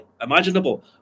imaginable